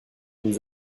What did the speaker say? nous